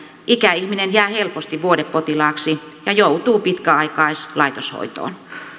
ikäihminen jää helposti vuodepotilaaksi ja joutuu pitkäaikaislaitoshoitoon